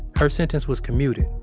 her sentence was commuted,